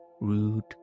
rude